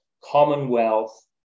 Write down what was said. commonwealth